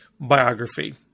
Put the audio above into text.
biography